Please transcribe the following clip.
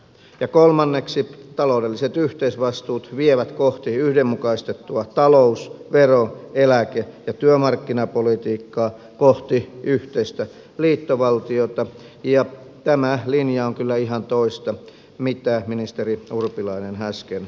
ja kolmanneksi taloudelliset yhteisvastuut vievät kohti yhdenmukaistettua talous vero eläke ja työmarkkinapolitiikkaa kohti yhteistä liittovaltiota ja tämä linja on kyllä ihan toista kuin mitä ministeri urpilainen äsken sanoi